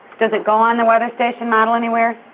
does it go on the weather station model anywhere?